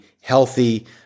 healthy